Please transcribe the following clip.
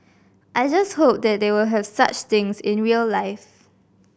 I just hope that they will have such things in real life